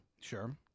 Sure